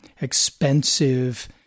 expensive